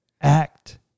act